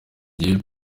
gihe